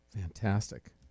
Fantastic